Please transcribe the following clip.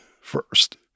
first